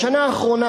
בשנה האחרונה,